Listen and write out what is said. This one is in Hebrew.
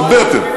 הרבה יותר.